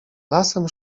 lasem